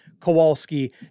kowalski